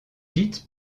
gîtes